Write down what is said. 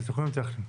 זה תיקונים טכניים.